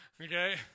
Okay